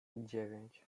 dziewięć